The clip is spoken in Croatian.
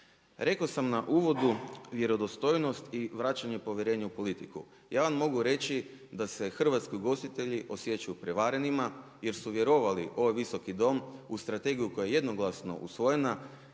Rekao sam u uvodu vjerodostojnost i vraćanje povjerenja u politiku, ja vam mogu reći da se hrvatski ugostitelji osjećaju prevarenima jer su vjerovali u ovaj Visoki dom, u strategiju koja je jednoglasno usvojena.